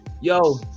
yo